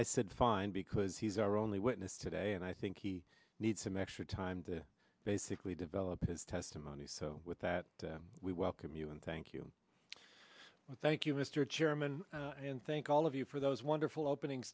i said fine because he's our only witness today and i think he needs some extra time to basically develop his testimony so with that we welcome you and thank you thank you mr chairman and thank all of you for those wonderful opening